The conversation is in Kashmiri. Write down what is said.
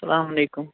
سلامُ علیکُم